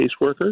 caseworkers